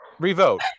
revote